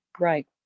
Right